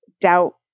doubt